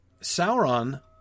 Sauron